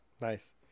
Nice